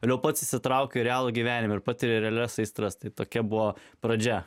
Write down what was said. vėliau pats įsitraukiu į realų gyvenimą patiria realias aistras tai tokia buvo pradžia